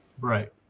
Right